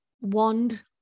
wand